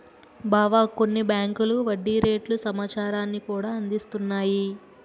బావా కొన్ని బేంకులు వడ్డీ రేట్ల సమాచారాన్ని కూడా అందిస్తున్నాయి